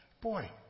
boy